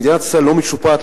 מדינת ישראל לא משופעת,